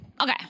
Okay